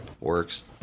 works